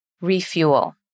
refuel